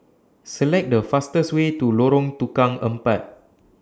Select The fastest Way to Lorong Tukang Empat